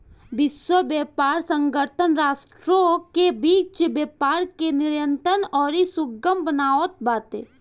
विश्व व्यापार संगठन राष्ट्रों के बीच व्यापार के नियंत्रित अउरी सुगम बनावत बाटे